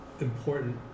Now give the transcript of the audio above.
important